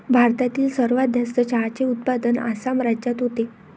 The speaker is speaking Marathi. भारतातील सर्वात जास्त चहाचे उत्पादन आसाम राज्यात होते